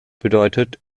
bedeutet